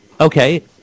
Okay